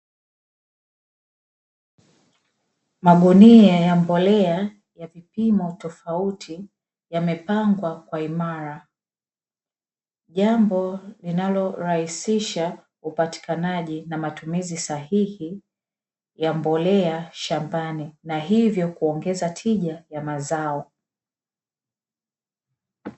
Magunia ya mbolea ya vipimo tofauti yamepangwa kwa imara, jambo linalorahisisha upatikanaji na matumizi sahihi ya mbolea shambani na hivyo kuongeza tija ya mazao